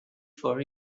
for